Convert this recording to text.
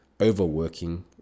overworking